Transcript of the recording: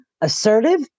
assertive